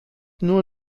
nur